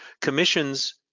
commissions